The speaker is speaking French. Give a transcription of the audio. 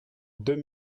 deux